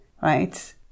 right